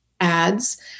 ads